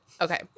Okay